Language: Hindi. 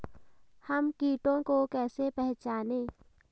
हम कीटों को कैसे पहचाने?